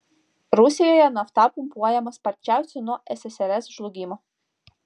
rusijoje nafta pumpuojama sparčiausiai nuo ssrs žlugimo